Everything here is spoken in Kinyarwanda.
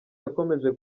yakomeje